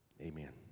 Amen